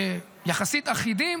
יחסית אחידים,